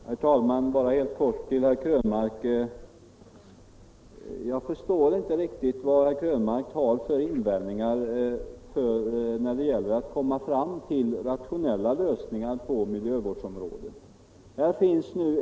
Herr talman! Jag förstår inte riktigt vad herr Krönmark har för invändningar mot att vi skall försöka komma fram till rationella lösningar på miljövårdsområdet.